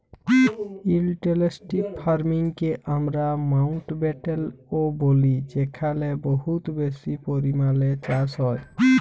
intensive farming কে আমরা মাউল্টব্যাটেল ও ব্যলি যেখালে বহুত বেশি পরিমালে চাষ হ্যয়